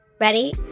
Ready